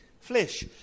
flesh